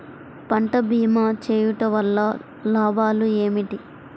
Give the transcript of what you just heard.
పంట భీమా చేయుటవల్ల లాభాలు ఏమిటి?